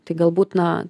tai galbūt na